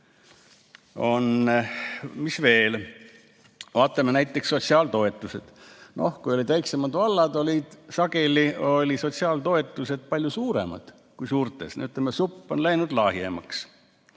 Mis veel? Vaatame näiteks sotsiaaltoetusi. Noh, kui olid väiksemad vallad, olid sageli sotsiaaltoetused palju suuremad kui suurtes. Ütleme, supp on läinud lahjemaks.